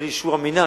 בלי אישור המינהל,